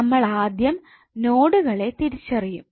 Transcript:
നമ്മളാദ്യം നോഡുകളെ തിരിച്ചറിയും